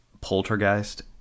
poltergeist